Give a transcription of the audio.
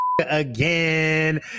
again